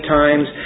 times